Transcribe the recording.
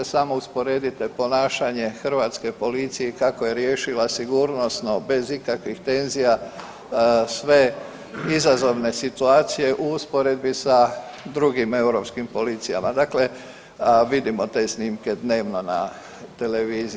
Samo usporedite ponašanje Hrvatske policije kako je riješila sigurnosno bez ikakvih tenzija sve izazovne situacije u usporedbi sa drugim europskim policijama, dakle vidimo te snimke dnevno na televiziji.